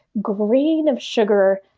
grain of sugar-sized,